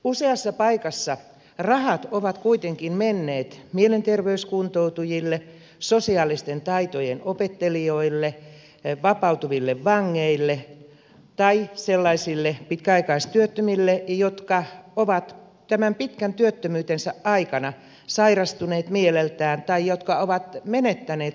useassa paikassa rahat ovat kuitenkin menneet mielenterveyskuntoutujille sosiaalisten taitojen opettelijoille vapautuville vangeille tai sellaisille pitkäaikaistyöttömille jotka ovat tämän pitkän työttömyytensä aikana sairastuneet mieleltään tai jotka ovat menettäneet sosiaaliset taitonsa